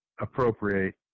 appropriate